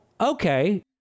okay